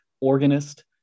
organist